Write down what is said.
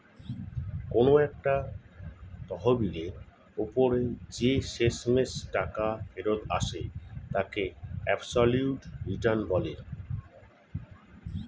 কোন একটা তহবিলের ওপর যে শেষমেষ টাকা ফেরত আসে তাকে অ্যাবসলিউট রিটার্ন বলে